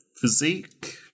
physique